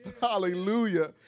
Hallelujah